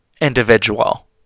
individual